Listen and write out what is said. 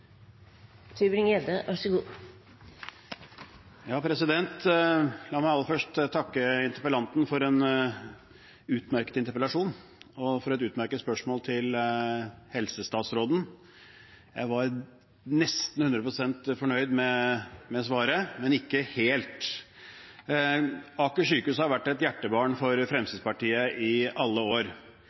for et utmerket spørsmål til helsestatsråden. Jeg var nesten 100 pst. fornøyd med svaret, men ikke helt. Aker sykehus har vært et hjertebarn for Fremskrittspartiet i alle år,